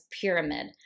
pyramid